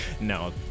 No